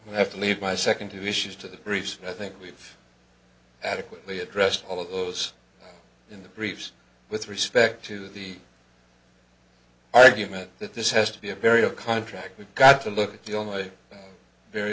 we have to leave my second two issues to the briefs i think we've adequately addressed all of those in the briefs with respect to the argument that this has to be a very a contract we've got to look at the only